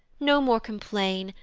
no more complain,